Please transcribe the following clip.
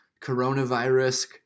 coronavirus